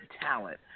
talent